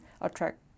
attract